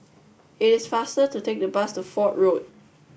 it is faster to take the bus to Fort Road